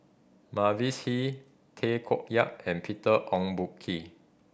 Mavis Hee Tay Koh Yat and Peter Ong Boon Kwee